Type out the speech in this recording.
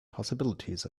possibilities